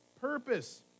purpose